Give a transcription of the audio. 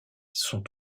sont